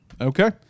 okay